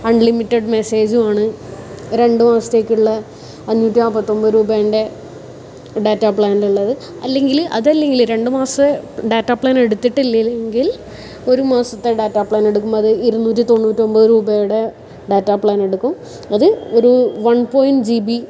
unlimited മെസ്സേജും ആണ് രണ്ട് മാസത്തേക്കുള്ള അഞ്ഞൂറ്റി നാൽപത്തിയൊൻപത് രൂപേൻ്റെ ഡാറ്റാ പ്ലാനിലുള്ളത് അല്ലെങ്കിൽ അതല്ലെങ്കിൽ രണ്ട് മാസത്തെ ഡാറ്റാ പ്ലാൻ എടുത്തിട്ടില്ലെങ്കിൽ ഒരു മാസത്തെ ഡാറ്റാ പ്ലാൻ എടുക്കുമ്പം അത് ഇരുനൂറ്റി തൊണ്ണൂറ്റൊൻപത് രൂപയുടെ ഡാറ്റാ പ്ലാൻ എടുക്കും അത് ഒരു വൺ പോയിൻറ്റ് ജി ബി